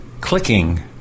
clicking